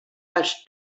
als